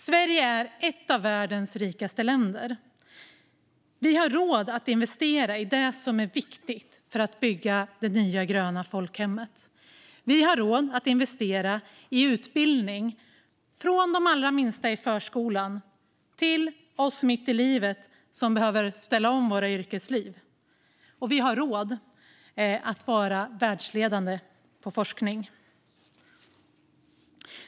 Sverige är ett av världens rikaste länder och har råd att investera i det som är viktigt för att bygga det nya, gröna folkhemmet. Vi har råd att investera i utbildning för alla från de minsta i förskolan till oss mitt i livet som behöver ställa om vårt yrkesliv. Vi har råd med världsledande forskning.